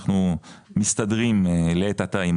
אנחנו מסתדרים לעת עתה.